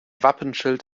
wappenschild